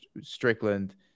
Strickland